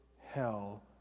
hell